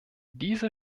diese